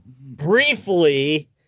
briefly